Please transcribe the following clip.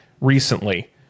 recently